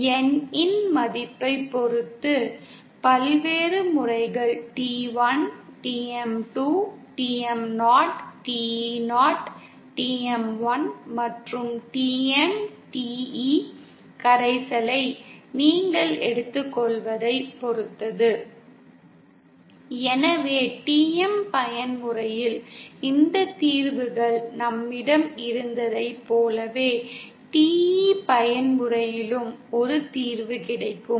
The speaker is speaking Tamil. n இன் மதிப்பைப் பொறுத்து பல்வேறு முறைகள் T1 TM 2 TM0 TE0 TM1 மற்றும் TM TE கரைசலை நீங்கள் எடுத்துக்கொள்வதை பொருத்தது எனவே TM பயன்முறையில் இந்த தீர்வுகள் நம்மிடம் இருந்ததைப் போலவே TE பயன்முறையிலும் ஒரு தீர்வு கிடைக்கும்